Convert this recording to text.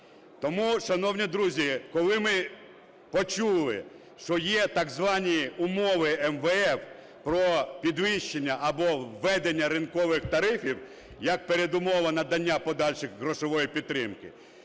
Тому, шановні друзі, коли ми почули, що є так звані умови МВФ про підвищення або введення ринкових тарифів як передумови надання подальшої грошової підтримки,